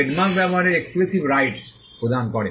trademark ব্যবহারের exclusive rights প্রদান করে